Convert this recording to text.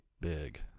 big